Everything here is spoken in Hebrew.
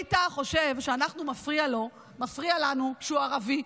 ווליד טאהא חושב שמפריע לנו שהוא ערבי.